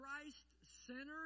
Christ-centered